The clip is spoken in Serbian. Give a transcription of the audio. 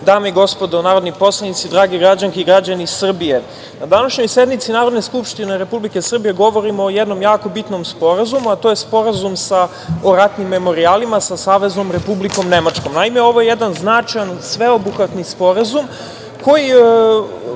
dame i gospodo narodni poslanici, dragi građani i građanke Srbije. Na današnjoj sednici Narodne skupštine Republike Srbije, govorimo o jednom jako bitnom sporazumu, a to je sporazum o ratnim memorijalima, sa Saveznom Republikom Nemačkom. Naime, ovo je jedan značajan sveobuhvatni sporazum, koji